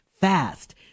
fast